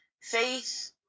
faith